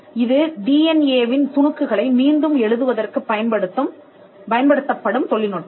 இது டிஎன்ஏவின் துணுக்குகளை மீண்டும் எழுதுவதற்குப் பயன்படுத்தப்படும் தொழில்நுட்பம்